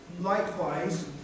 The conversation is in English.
Likewise